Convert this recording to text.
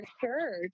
sure